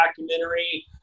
documentary